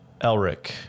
Elric